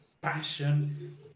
passion